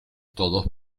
todos